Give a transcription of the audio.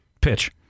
Pitch